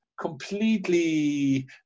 completely